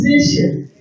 position